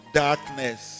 darkness